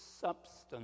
substance